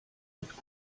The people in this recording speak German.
mit